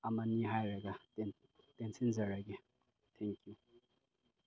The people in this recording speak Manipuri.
ꯑꯃꯅꯤ ꯍꯥꯏꯔꯒ ꯇꯦꯟꯁꯤꯟꯖꯔꯒꯦ ꯊꯦꯡꯀꯤꯌꯨ